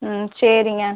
ம் சரிங்க